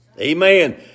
Amen